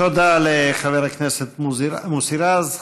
תודה לחבר הכנסת מוסי רז.